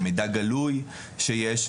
במידע גלוי שיש.